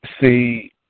See